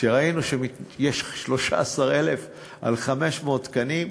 כשראינו שיש 13,000 על 500 תקנים,